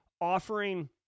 offering